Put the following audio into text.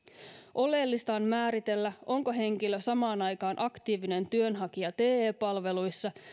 oleellista on määritellä onko henkilö samaan aikaan aktiivinen työnhakija te palveluissa